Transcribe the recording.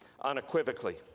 unequivocally